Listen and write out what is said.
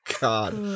God